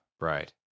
Right